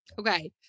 Okay